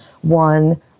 One